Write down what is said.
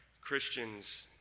Christians